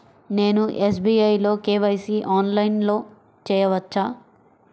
నేను ఎస్.బీ.ఐ లో కే.వై.సి ఆన్లైన్లో చేయవచ్చా?